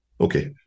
Okay